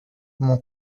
mon